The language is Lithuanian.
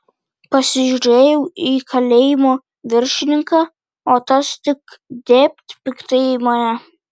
pasižiūrėjau į kalėjimo viršininką o tas tik dėbt piktai į mane